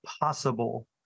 possible